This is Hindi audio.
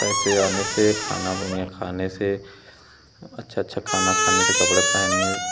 पैसे आने से खाना बढ़िया खाने से अच्छा अच्छा खाना खाने से कपड़े पहनने